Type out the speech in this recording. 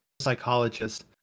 psychologist